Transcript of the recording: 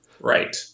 Right